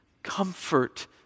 Comfort